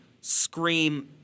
scream